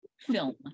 film